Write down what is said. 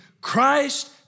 Christ